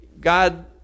God